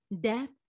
death